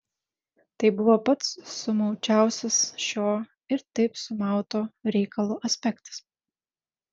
tai buvo pats sumaučiausias šio ir taip sumauto reikalo aspektas